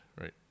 right